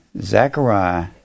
Zechariah